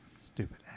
stupid